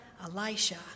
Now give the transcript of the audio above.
Elisha